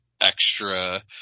extra